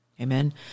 Amen